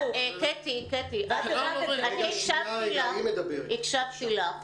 קטי, הקשבתי לך,